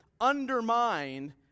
undermine